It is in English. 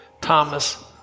Thomas